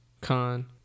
con